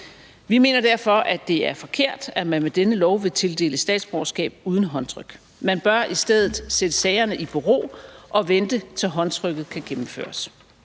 Vi mener derfor, at det er forkert, at man med denne lov vil tildele statsborgerskab uden håndtryk. Man bør i stedet sætte sagerne i bero og vente, til håndtrykket kan gennemføres.